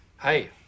Hey